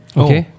okay